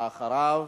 ואחריו,